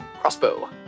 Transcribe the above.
Crossbow